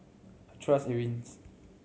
I trust Eucerin